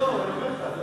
עזוב, אני אומר לך.